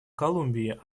колумбии